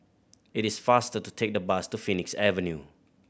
it is faster to take the bus to Phoenix Avenue